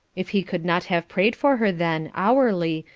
if he could not have prayed for her then, hourly,